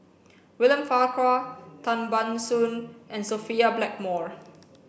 William Farquhar Tan Ban Soon and Sophia Blackmore